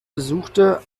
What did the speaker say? besuchte